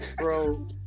bro